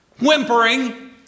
whimpering